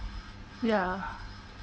ya